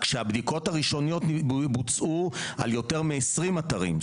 כאשר הבדיקות הראשוניות בוצעו על יותר מ-20 אתרים.